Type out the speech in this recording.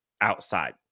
outside